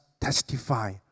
testify